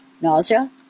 nausea